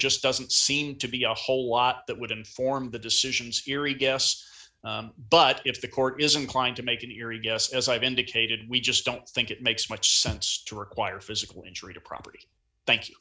just doesn't seem to be a whole lot that would inform the decisions eery guests but if the court is inclined to make it your guess as i've indicated we just don't think it makes much sense to require physical injury to property thank